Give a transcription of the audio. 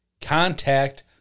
contact